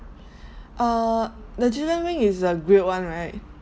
err the chicken wing is the grilled one right